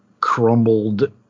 crumbled